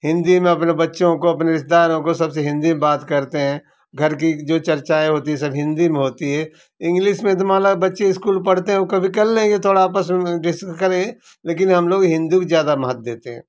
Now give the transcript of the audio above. हिंदी में अपने बच्चों को अपने रिश्तेदारों को सबसे हिंदी में बात करते हैं घर की जो चर्चाएँ होती है सब हिंदी में होती है इंग्लिश में तो मान लो बच्चे स्कूल पढ़ते है वो कभी कर लेंगे थोड़ा आपस में डेसन करें लेकिन हम लोग हिंदू को ज्यादा महत्व देते हैं